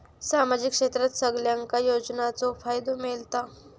सामाजिक क्षेत्रात सगल्यांका योजनाचो फायदो मेलता?